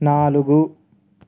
నాలుగు